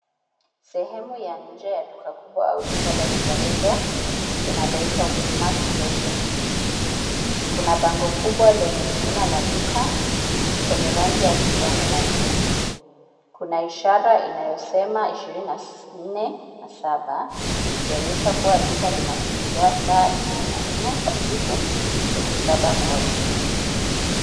Sehemu ya nje ya duka kubwa au duka la rejareja linaloitwa quick mart fresh and easy. Kuna bango kubwa lenye jina la duka lenye rangi ya kijani na nyeupe. Kuna ishara inayosema ishirini na nne na saba ikionyesha kuwa duka linafunguliwa saa ishirini na nne kwa siku , siku saba kwa wiki.